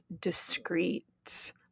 discreet